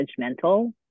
judgmental